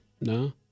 No